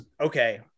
okay